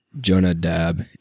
Jonadab